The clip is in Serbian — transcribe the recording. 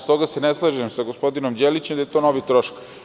Stoga se ne slažem sa gospodinom Đelićem da je to novi trošak.